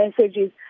messages